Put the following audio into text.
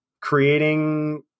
creating